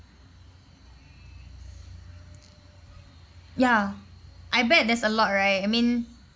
yeah I bet there's a lot right I mean